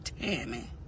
Tammy